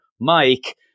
Mike